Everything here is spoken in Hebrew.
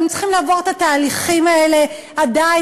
הם צריכים לעבור את התהליכים האלה עדיין